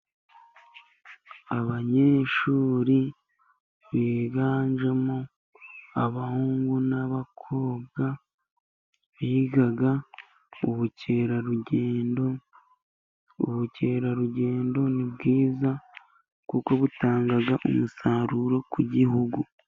Abanyeshuri biganjemo abahungu n'abakobwa, biga ubukerarugendo, ubukerarugendo ni bwiza, kuko butanga umusaruro ku gihugu.